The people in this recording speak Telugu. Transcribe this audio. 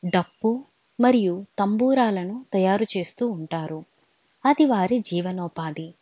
డప్పు మరియు తంబూరాలను తయారు చేస్తూ ఉంటారు అది వారి జీవనోపాధి